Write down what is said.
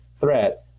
threat